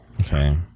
okay